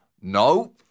No